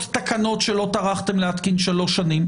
תקנות שלא טרחתם להתקין שלוש שנים.